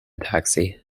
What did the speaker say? taxi